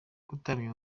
kutamenya